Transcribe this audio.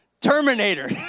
terminator